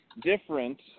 different